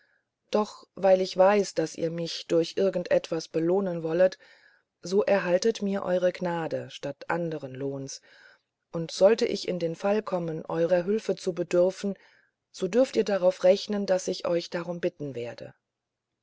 doch weil ich weiß daß ihr mich durch irgend etwas belohnen wollet so erhaltet mir eure gnade statt anderen lohnes und sollte ich in den fall kommen eurer hülfe zu bedürfen so dürft ihr darauf rechnen daß ich euch darum bitten werde